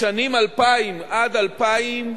בשנים 2000 2008,